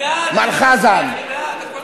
מר חזן.